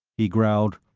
he growled,